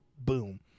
Boom